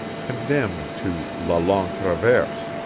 condemned to la longue traverse,